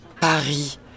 Paris